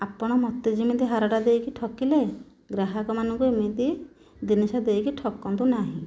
ଆପଣ ମୋତେ ଯେମିତି ହାରଟା ଦେଇକି ଠକିଲେ ଗ୍ରାହକ ମାନଙ୍କୁ ଏମିତି ଜିନିଷ ଦେଇକି ଠକନ୍ତୁ ନାହିଁ